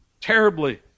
terribly